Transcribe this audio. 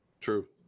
True